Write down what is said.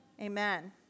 Amen